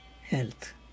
health